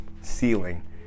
ceiling